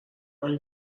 علی